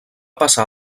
passar